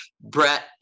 Brett